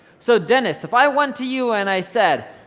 so dennis, if i went to you and i said,